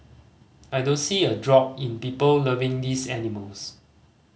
I don't see a drop in people loving these animals